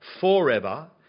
forever